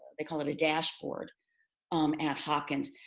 they call it a dashboard um at hawkins,